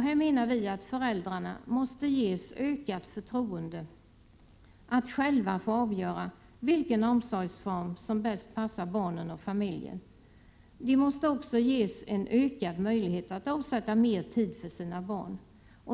Här menar vi att föräldrarna måste ges ökat förtroende att själva få avgöra vilken omsorgsform som bäst passar barnen och familjen. De måste också ges en ökad möjlighet att avsätta mer tid för sina barn.